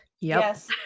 yes